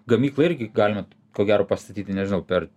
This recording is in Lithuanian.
gamyklą irgi galima ko gero pastatyti nežinau per